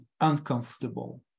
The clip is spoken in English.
uncomfortable